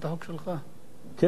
כן,